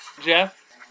Jeff